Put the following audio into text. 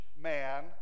man